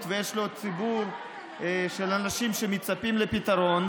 ויש לו ציבור של אנשים שמצפים לפתרון.